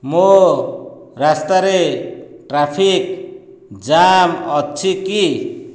ମୋ ରାସ୍ତାରେ traffic jam ଅଛି କି